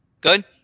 Good